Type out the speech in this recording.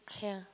ya